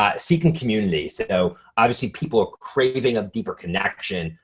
um seeking community. so obviously people are craving a deeper connection,